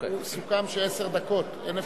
סוכם שעשר דקות, אין אפשרות.